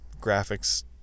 graphics